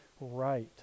right